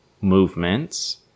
movements